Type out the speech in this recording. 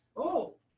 oh,